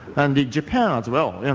and japan as well, and